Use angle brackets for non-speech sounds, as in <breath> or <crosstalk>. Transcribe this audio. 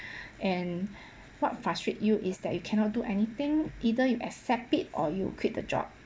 <breath> and what frustrate you is that you cannot do anything either you accept it or you quit the job